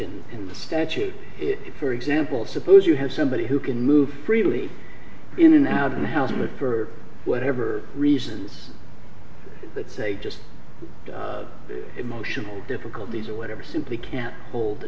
in the statute if for example suppose you have somebody who can move freely in and out of the house but for whatever reasons that say just emotional difficulties or whatever simply can't hold a